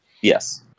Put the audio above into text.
Yes